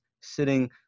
sitting